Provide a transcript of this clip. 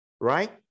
right